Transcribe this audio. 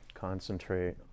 Concentrate